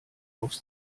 aufs